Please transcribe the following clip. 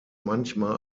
manchmal